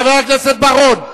חבר הכנסת בר-און,